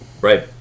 Right